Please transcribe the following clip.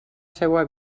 seua